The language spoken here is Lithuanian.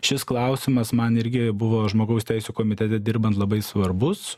šis klausimas man irgi buvo žmogaus teisių komitete dirbant labai svarbus